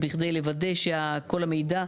בכדי לוודא שכל המידע,